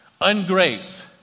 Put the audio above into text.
Ungrace